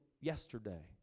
yesterday